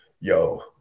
yo